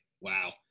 wow